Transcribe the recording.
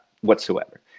whatsoever